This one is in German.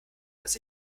dass